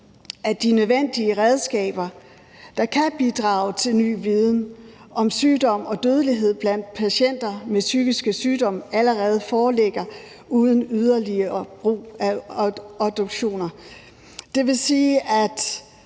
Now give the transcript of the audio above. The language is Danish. at de nødvendige redskaber, der kan bidrage til ny viden om sygdom og dødelighed blandt patienter med psykiske sygdomme, allerede foreligger uden yderligere brug af obduktioner. Det vil sige, at